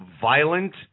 violent